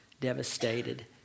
devastated